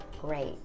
great